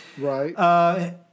Right